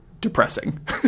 depressing